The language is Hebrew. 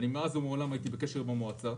ומאז ומעולם הייתי בקשר עם המועצה.